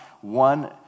one